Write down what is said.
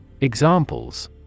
Examples